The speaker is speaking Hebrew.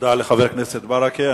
תודה לחבר הכנסת ברכה,